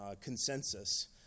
consensus